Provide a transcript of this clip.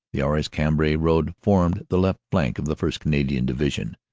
the arras-cambrai road formed the left flank of the first. canadian division.